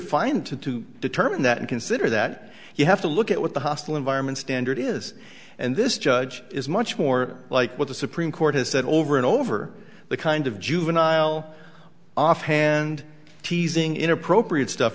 find to to determine that and consider that you have to look at what the hostile environment standard is and this judge is much more like what the supreme court has said over and over the kind of juvenile offhand teasing inappropriate stuff